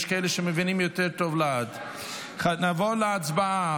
יש כאלה שמבינים יותר טוב לאט: נעבור להצבעה